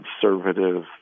conservative